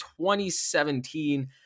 2017